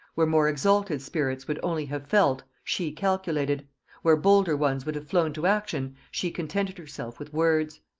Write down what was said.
where more exalted spirits would only have felt, she calculated where bolder ones would have flown to action, she contented herself with words.